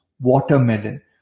watermelon